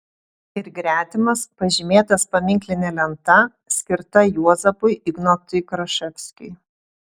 ir gretimas pažymėtas paminkline lenta skirta juozapui ignotui kraševskiui